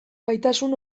gaitasun